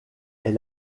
est